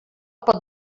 pot